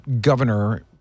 governor